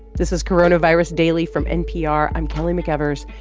this is coronavirus daily from npr. i'm kelly mcevers.